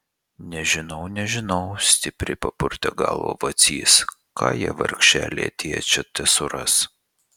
nežinau nežinau stipriai papurtė galvą vacys ką jie vargšeliai atėję čia tesuras